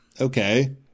Okay